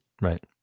right